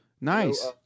Nice